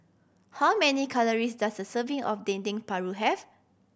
how many calories does a serving of Dendeng Paru have